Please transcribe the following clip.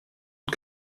und